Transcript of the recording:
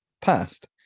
past